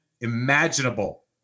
imaginable